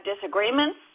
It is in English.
disagreements